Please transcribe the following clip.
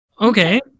Okay